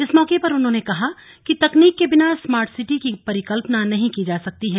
इस मौके पर उन्होंने कहा कि तकनीक के बिना स्मार्ट सिटी की परिकल्पना नहीं की जा सकती है